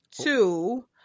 Two